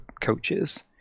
coaches